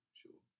sure